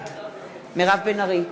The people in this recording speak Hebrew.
בעד מירב בן ארי,